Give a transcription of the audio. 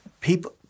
people